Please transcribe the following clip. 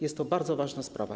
Jest to bardzo ważna sprawa.